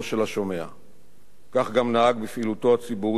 כך גם נהג בפעילותו הציבורית כחבר כנסת ושר.